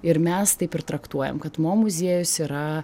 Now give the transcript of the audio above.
ir mes taip ir traktuojam kad mo muziejus yra